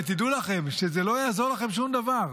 ותדעו לכם שלא יעזור לכם שום דבר.